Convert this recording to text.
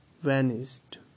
vanished